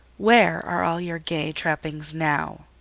where are all your gay trappings now?